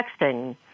texting